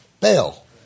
Bail